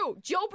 Joe